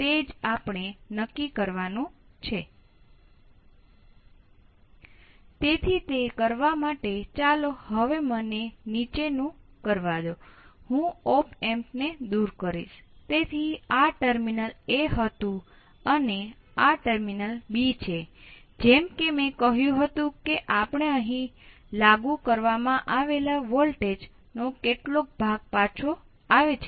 તેથી આપણી પાસે 12 વોલ્ટ સાથે જોડાયેલ હોય છે